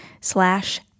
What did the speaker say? slash